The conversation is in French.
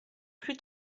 plus